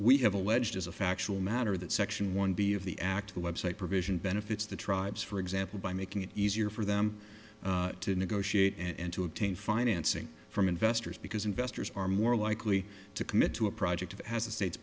we have alleged as a factual matter that section one b of the act the website provision benefits the tribes for example by making it easier for them to negotiate and to obtain financing from investors because investors are more likely to commit to a project as a state